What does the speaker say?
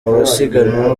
abasiganwa